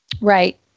Right